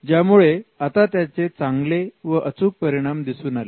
ज्यामुळे आता त्याचे चांगले व अचूक परिणाम दिसून आले